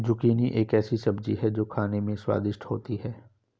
zucchini एक ऐसी सब्जी है जो खाने में स्वादिष्ट होती है